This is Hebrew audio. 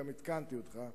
גם עדכנתי אותך,